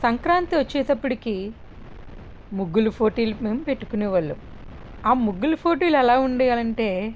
సంక్రాంతి వచ్చేటప్పటికి ముగ్గులు ఫోటీలు మేము పెట్టుకునేవాళ్ళు ఆ ముగ్గులు పోటీలు ఎలా ఉండేవనంటే